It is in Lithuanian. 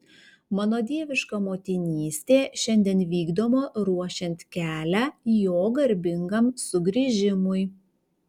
mano dieviška motinystė šiandien vykdoma ruošiant kelią jo garbingam sugrįžimui